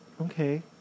okay